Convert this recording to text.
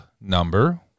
number